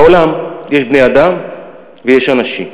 בעולם יש בני-אדם ויש אנשים.